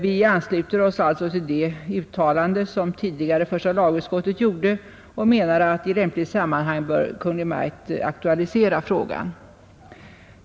Vi ansluter oss alltså till det uttalande som tidigare första lagutskottet gjorde och menar att Kungl. Maj:t i lämpligt sammanhang bör aktualisera frågan.